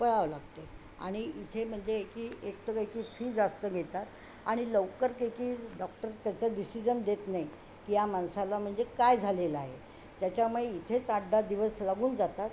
पळावं लागते आणि इथे म्हणजे हे की एकतर त्याची फी जास्त घेतात आणि लवकर त्याची डॉक्टर त्याचं डिसिजन देत नाही की या मानसाला म्हणजे काय झालेलं आहे त्याच्यामुळे इथेच आठ दहा दिवस लागून जातात